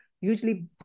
usually